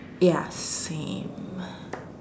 ya same